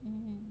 mm